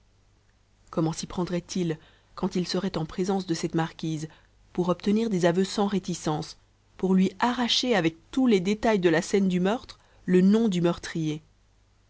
comment s'y prendrait-il quand il serait en présence de cette marquise pour obtenir des aveux sans réticences pour lui arracher avec tous les détails de la scène du meurtre le nom du meurtrier